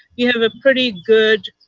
you have a pretty good